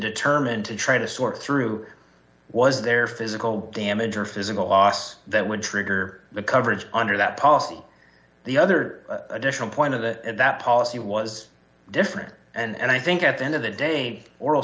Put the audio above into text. determine to try to sort through was there physical damage or physical loss that would trigger the coverage under that policy the other additional point of that that policy was different and i think at the end of the day oral